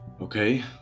okay